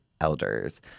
elders